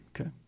Okay